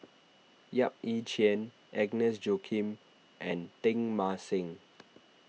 Yap Ee Chian Agnes Joaquim and Teng Mah Seng